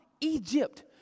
Egypt